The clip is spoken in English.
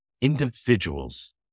Individuals